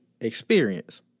experience